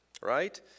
right